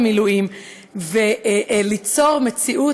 מתבקשת.